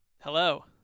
Hello